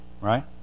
Right